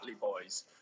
boys